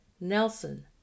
Nelson